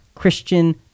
Christian